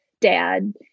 dad